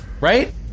Right